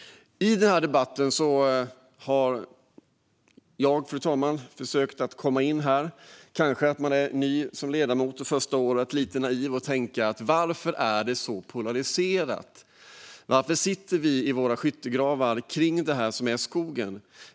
I den här debatten har jag försökt komma in, och kanske att man som ny ledamot under det första året är lite naiv och tänker: Varför är det så polariserat? Varför sitter vi i våra skyttegravar när det gäller det här med skogen?